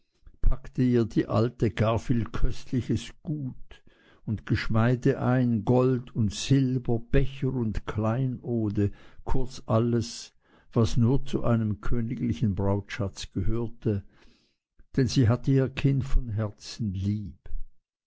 packte ihr die alte gar viel köstliches gerät und geschmeide ein gold und silber becher und kleinode kurz alles was nur zu einem königlichen brautschatz gehörte denn sie hatte ihr kind von herzen lieb